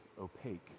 opaque